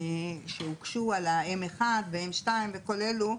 שהוגשו על ה-M1 ועל ה-M2 וכל אלה,